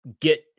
get